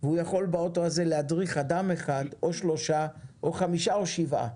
והוא יכול באוטו הזה להדריך אדם אחד או שלושה או חמישה או שבעה.